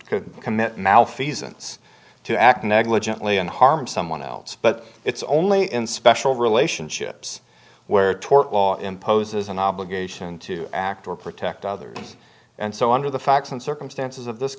to commit malfeasance to act negligently and harm someone else but it's only in special relationships where tort law imposes an obligation to act or protect others and so under the facts and circumstances of this